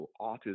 autism